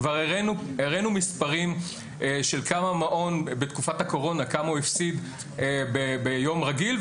כבר הראינו מספרים של כמה מעון בתקופת הקורונה הפסיד ביום רגיל,